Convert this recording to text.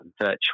virtual